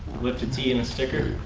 lift a tee and a sticker?